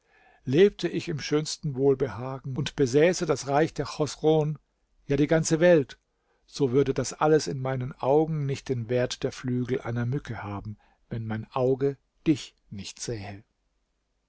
lebte ich im schönsten wohlbehagen und besäße das reich der chosroen ja die ganze welt so würde das alles in meinen augen nicht den wert der flügel einer mücke haben wenn mein auge dich nicht sähe